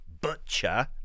butcher